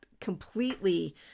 completely